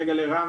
ליושב ראש,